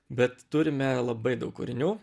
bet turime labai daug kūrinių